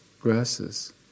grasses